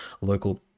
local